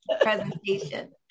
presentation